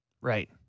Right